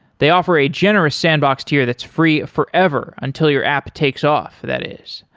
they offer a generous sandbox tier that's free forever until your app takes off, that is.